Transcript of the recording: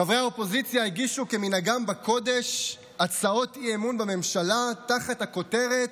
חברי האופוזיציה הגישו כמנהגם בקודש הצעות אי-אמון בממשלה תחת הכותרת: